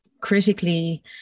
critically